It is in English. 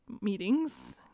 meetings